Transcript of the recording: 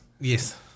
Yes